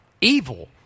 evil